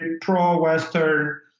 pro-Western